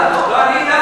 אה,